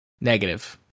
Negative